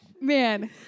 man